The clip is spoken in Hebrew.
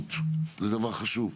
וודאות זה דבר חשוב.